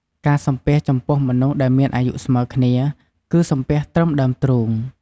ការសំពះ ចំពោះមនុស្សដែលមានអាយុស្មើគ្នា គឹសំពះត្រឹមដើមទ្រូង។